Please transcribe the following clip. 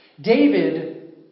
David